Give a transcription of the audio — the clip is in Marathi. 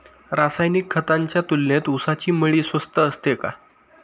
रासायनिक खतांच्या तुलनेत ऊसाची मळी स्वस्त असते का?